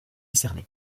décernés